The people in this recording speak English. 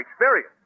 experience